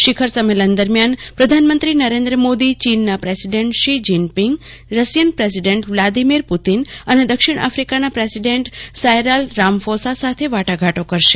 શિખર સંમેલન દરમિયાન પ્રધાનમંત્રી નરેન્દ્ર મોદો ચીનના president Xi Jinping Russian president Vladimir Putin અને દક્ષિણ આફિકાના પ્રેસીડેન્ટ સાયરસીલ રામફોસા સાથે વાટાઘાટો કરશે